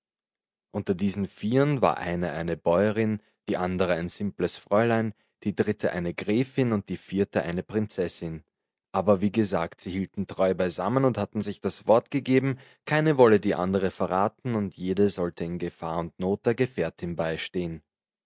unter diesen vieren war eine eine bäuerin die andere ein simples fräulein die dritte eine gräfin und die vierte eine prinzessin aber wie gesagt sie hielten treu beisammen und hatten sich das wort gegeben keine wolle die andere verraten und jede sollte in gefahr und not der gefährtin beistehn